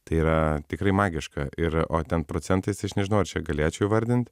tai yra tikrai magiška ir o ten procentais tai aš nežinau ar čia galėčiau įvardint